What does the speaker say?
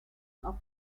after